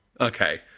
Okay